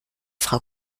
frau